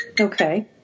Okay